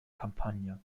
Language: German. kampagne